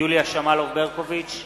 יוליה שמאלוב-ברקוביץ,